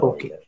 Okay